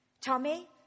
Tommy